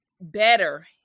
better